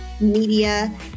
media